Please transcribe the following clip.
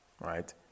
right